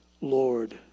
Lord